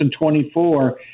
2024